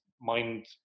mind